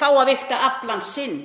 fá að vigta aflann sinn?